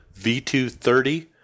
V230